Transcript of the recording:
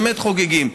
באמת חוגגים,